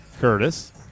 Curtis